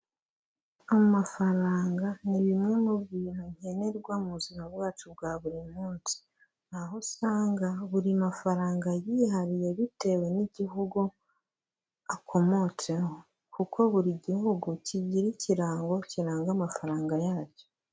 Amafaranga ni bimwe mu bintu nkenerwa mu buzima bwacu bwa buri munsi, aho usanga buri mafaranga yihariye bitewe n'igihugu akomotseho, kuko buri gihugu kigira ikirango kiranga amafaranga yacyo.